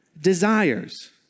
desires